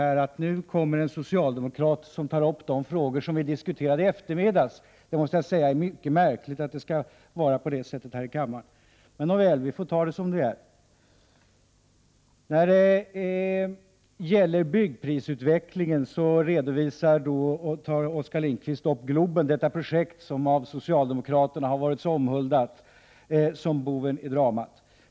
Nu kommer nämligen en socialdemokrat och tar upp de frågor som vi diskuterade i eftermiddags. Det är mycket märkligt — det måste jag säga. Men vi får ta det som det är. När det gäller byggprisutvecklingen tog Oskar Lindkvist Globen som exempel — detta projekt som av socialdemokraterna så omhuldats såsom varande boven i dramat.